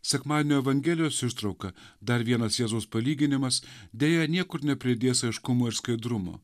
sekmadienio evangelijos ištrauka dar vienas jėzaus palyginimas deja niekur nepridės aiškumo ir skaidrumo